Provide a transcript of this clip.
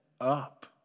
up